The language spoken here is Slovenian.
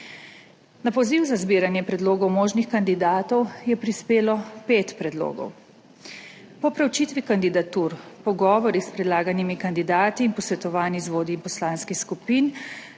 Na poziv za zbiranje predlogov možnih kandidatov je prispelo pet predlogov. Po preučitvi kandidatur, pogovorih s predlaganimi kandidati in posvetovanji z vodji poslanskih skupin